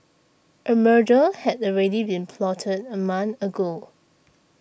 a murder had already been plotted a month ago